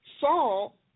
Saul